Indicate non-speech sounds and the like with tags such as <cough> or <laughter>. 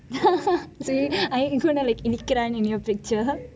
<laughs> so are you going to like